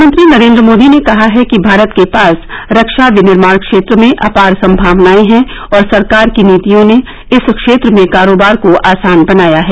प्रधानमंत्री नरेन्द्र मोदी ने कहा है कि भारत के पास रक्षा विनिर्माण क्षेत्र में अपार संभावनाएं हैं और सरकार की नीतियों ने इस क्षेत्र में कारोबार को आसान बनाया है